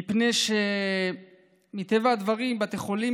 מפני שמטבע הדברים בתי חולים,